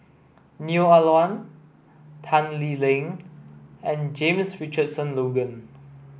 Neo Ah Luan Tan Lee Leng and James Richardson Logan